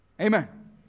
Amen